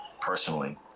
personally